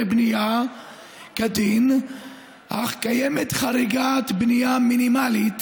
בנייה כדין אך קיימת חריגת בנייה מינימלית,